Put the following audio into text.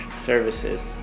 services